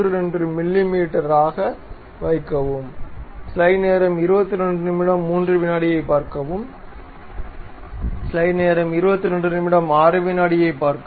32 மிமீ ஆக வைக்கவும்